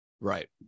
Right